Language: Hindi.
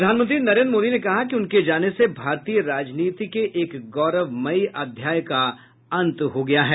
प्रधानमंत्री नरेन्द्र मोदी ने कहा कि उनके जाने से भारतीय राजनीति के एक गौरवमयी अध्याय का अंत हो गया है